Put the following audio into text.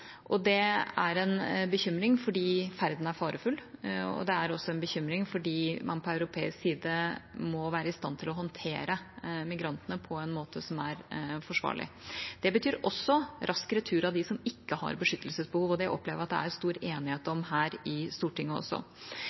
Det er en bekymring fordi ferden er farefull, og det er en bekymring fordi man på europeisk side må være i stand til å håndtere migrantene på en måte som er forsvarlig. Det betyr også rask retur av dem som ikke har beskyttelsesbehov, og det opplever jeg at det er stor enighet om her i Stortinget.